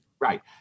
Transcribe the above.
Right